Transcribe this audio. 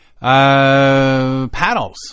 Paddles